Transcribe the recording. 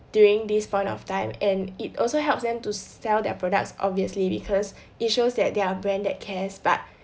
during this point of time and it also helps them to sell their products obviously because it shows that they are a brand that cares but